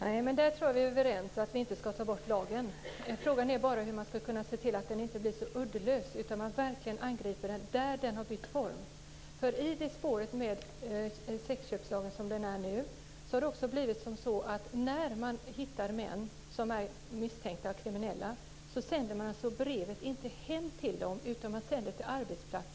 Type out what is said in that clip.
Fru talman! Där tror jag att vi är överens. Vi ska inte ta bort lagen. Frågan är bara hur man ska kunna se till att den inte blir så uddlös. Man måste angripa prostitutionen där den har bytt form. I spåren av sexköpslagen som den ser ut nu har det nämligen också blivit så att när man hittar män som man misstänker vara kriminella så sänder man inte brev hem till dem utan till arbetsplatsen.